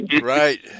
Right